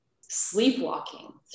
sleepwalking